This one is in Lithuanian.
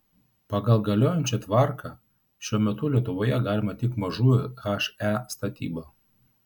pagal galiojančią tvarką šiuo metu lietuvoje galima tik mažųjų he statyba